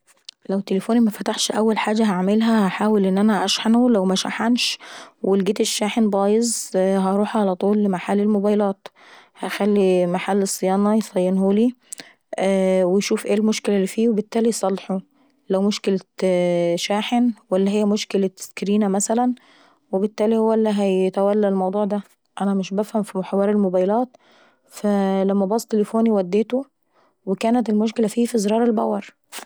لو تلفوني مفتحش او حاجة هنعملها ان انا نحاول نشحنه، لو مشحنش ولجيت الشاحن بايظ هنروح ع طول لمحل الموبايلات وهنخلي محل الصيانة يصينهولي، ويشوف أي المشكلة اللي فيه وبالتالي يصلحه، لو مشكلة شاحن ولا مشكلة اسكرنية مثلا وبالتالي هيحل هو الموضوع دا لان انا مش بافهم ف حوار الموبايلات، انا لما باظ وديته وكانت المشكلة فيه في زرار البور.